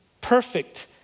perfect